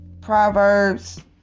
Proverbs